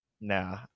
Nah